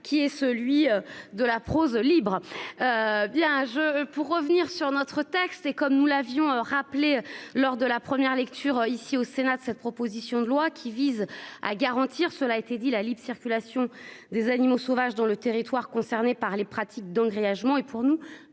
qui est celui de la prose libre. Bien je pour revenir sur notre texte et comme nous l'avions rappelé lors de la première lecture ici au Sénat, cette proposition de loi qui vise à garantir cela a été dit la libre circulation des animaux sauvages dans le territoire concerné par les pratiques grièvement et pour nous.